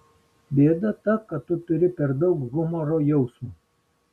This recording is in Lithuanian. bėda ta kad tu turi per daug humoro jausmo